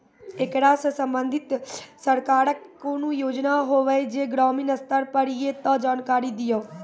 ऐकरा सऽ संबंधित सरकारक कूनू योजना होवे जे ग्रामीण स्तर पर ये तऽ जानकारी दियो?